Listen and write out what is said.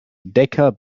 decker